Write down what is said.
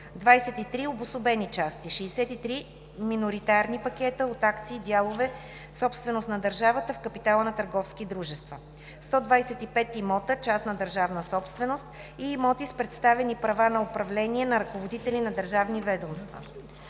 23 обособени части; - 63 миноритарни пакета от акции/дялове, собственост на държавата в капитала на търговски дружества; - 125 имота – частна държавна собственост и имоти с предоставени права на управление на ръководители на държавни ведомства.